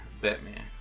Batman